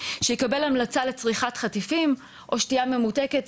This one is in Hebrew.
שיקבל המלצה לצריכת חטיפים או שתייה ממותקת,